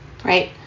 right